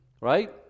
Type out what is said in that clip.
right